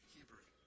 Hebrew